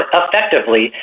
effectively